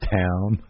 town